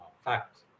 fact